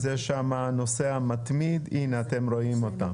אז יש שם הנוסע המתמיד, הנה אתם רואים אותם.